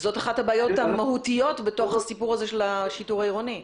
וזאת אחת הבעיות המהותיות בתוך הסיפור הזה של השיטור העירוני.